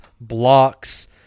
blocks